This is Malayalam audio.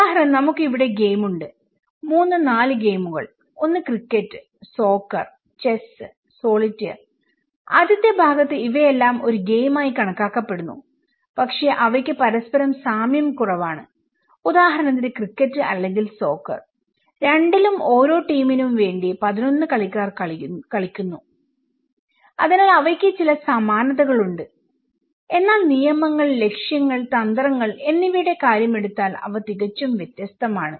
ഉദാഹരണത്തിന്നമുക്ക് ഇവിടെ ഗെയിം ഉണ്ട് 3 4 ഗെയിമുകൾ ഒന്ന് ക്രിക്കറ്റ് സോക്കർ ചെസ് സോളിറ്റയർ ആദ്യ ഭാഗത്ത് അവയെല്ലാം ഒരു ഗെയിമായി കണക്കാക്കുന്നു പക്ഷേ അവയ്ക്ക് പരസ്പരം സാമ്യം കുറവാണ് ഉദാഹരണത്തിന് ക്രിക്കറ്റ് അല്ലെങ്കിൽ സോക്കർ രണ്ടിലും ഓരോ ടീമിനും വേണ്ടി 11 കളിക്കാർ കളിക്കുന്നു അതിനാൽ അവയ്ക്ക് ചില സമാനതകളുണ്ട് എന്നാൽ നിയമങ്ങൾ ലക്ഷ്യങ്ങൾ തന്ത്രങ്ങൾ എന്നിവയുടെ കാര്യം എടുത്താൽ അവ തികച്ചും വ്യത്യസ്തമാണ്